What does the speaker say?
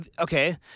okay